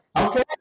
Okay